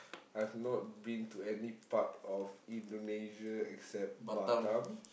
I've not been to any part of Indonesia except Batam